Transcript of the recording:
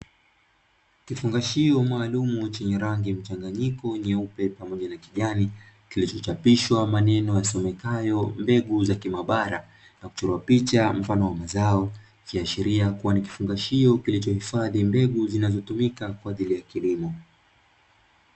Kifungashio maalum chenye rangi mchanganyiko nyeupe pamoja na kijani. Kilichochapishwa maneno yasomekayo mbegu za kimabara, na kuchorwa picha mfano wa mazao. Ikiashiria kuwa ni kifungashio kilichohifadhi mbegu zinazotumika kwa ajli ya kilimo.